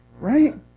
Right